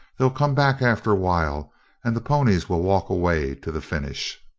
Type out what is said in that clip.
they'll come back after a while and the ponies will walk away to the finish.